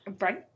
right